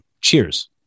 cheers